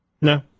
No